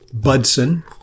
Budson